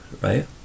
right